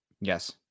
Yes